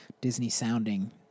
Disney-sounding